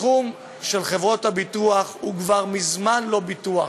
בתחום של חברות הביטוח הוא כבר מזמן לא ביטוח.